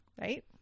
right